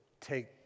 take